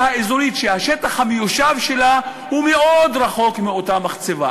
האזורית שהשטח המיושב שלה רחוק מאוד מאותה מחצבה.